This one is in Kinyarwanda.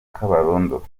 kabarondo